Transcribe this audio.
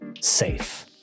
safe